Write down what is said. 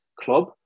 club